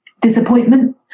disappointment